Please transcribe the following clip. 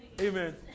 Amen